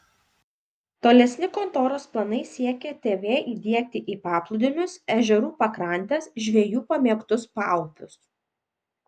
tolesni kontoros planai siekė tv įdiegti į paplūdimius ežerų pakrantes žvejų pamėgtus paupius